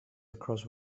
across